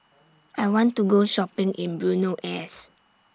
I want to Go Shopping in Buenos Aires